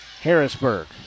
Harrisburg